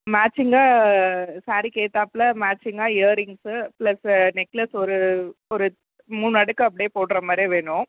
மேட்சிங்காக சாரீக்கு ஏற்றாப்புல மேட்சிங்காக இயரிங்ஸு ப்ளஸு நெக்லஸ் ஒரு ஒரு மூணு அடுக்கு அப்டியே போடுற மாதிரியே வேணும்